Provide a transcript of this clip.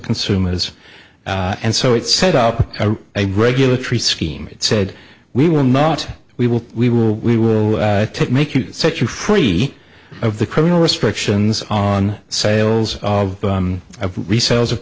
consumers and so it set up a regulatory scheme it said we will not we will we will we will make you set you free of the criminal restrictions on sales of resellers of